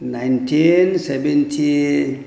nineteen seventy